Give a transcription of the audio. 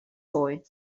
boy